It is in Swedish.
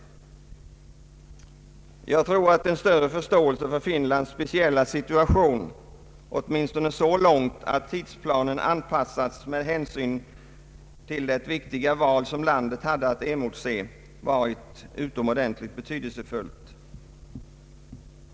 Jag tror att en större förståelse för Finlands speciella situation, åtminstone så långt att tidsplanen anpassats med hänsyn till det viktiga val landet hade att emotse, hade varit utomordentligt betydelsefull.